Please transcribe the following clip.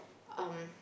um